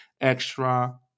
extra